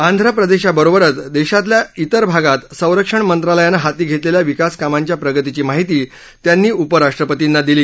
आंध प्रदेशाबरोबरच देशातील अन्य भागांत संरक्षण मंत्रालयानं हाती घेतलेल्या विकास कामांच्या प्रगतीची माहिती त्यांनी उपराष्ट्रपती यांना दिली